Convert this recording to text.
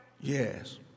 Yes